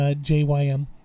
J-Y-M